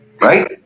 right